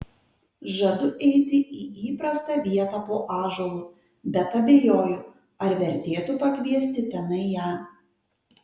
žadu eiti į įprastą vietą po ąžuolu bet abejoju ar vertėtų pakviesti tenai ją